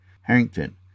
Harrington